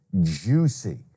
juicy